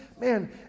man